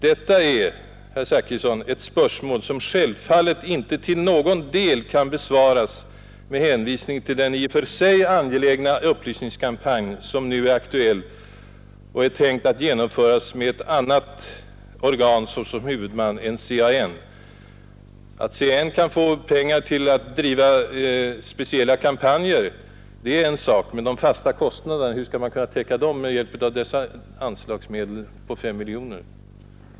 Detta är, herr Zachrisson, ett spörsmål som självfallet inte till någon del kan besvaras med hänvisning till den i och för sig angelägna upplysningskampanj som nu är aktuell och är tänkt att genomföras med ett annat organ än CAN såsom huvudman. Att CAN kan få pengar att driva speciella kampanjer är en sak, men hur skall man kunna täcka de fasta kostnaderna med hjälp av dessa anslagsmedel på 5 miljoner kronor?